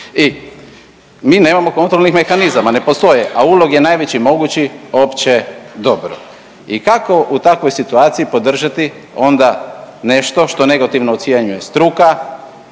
I mi nemamo kontrolnih mehanizama, ne postoje, a ulog je najveći mogući opće dobro. I kako u takvoj situaciji podržati onda nešto što negativno ocjenjuje struka,